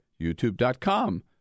youtube.com